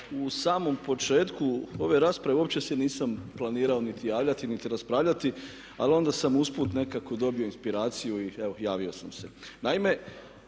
u samom početku ove rasprave uopće se nisam planirao niti javljati niti raspravljati ali onda sam usput nekako dobio inspiraciju i evo javio sam se.